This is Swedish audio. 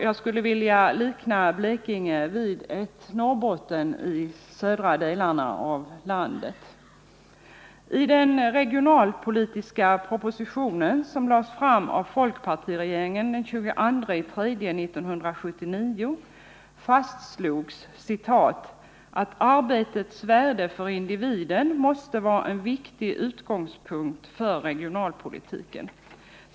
Jag skulle vilja likna Blekinge vid ett Norrbotten i södra Sverige. I den regionalpolitiska propositionen, som lades fram av folkpartiregeringen den 22 mars 1979, fastslogs att ”arbetets värde för individen måste vara en viktig utgångspunkt för regionalpolitiken.